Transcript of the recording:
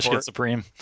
Supreme